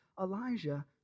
Elijah